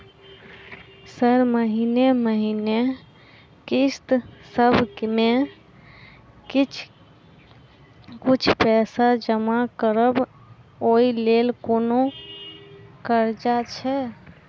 Sir महीने महीने किस्तसभ मे किछ कुछ पैसा जमा करब ओई लेल कोनो कर्जा छैय?